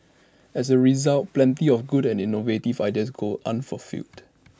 as A result plenty of good and innovative ideas go unfulfilled